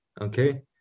Okay